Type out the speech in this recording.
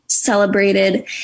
celebrated